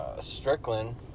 Strickland